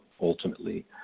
ultimately